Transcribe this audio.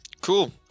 cool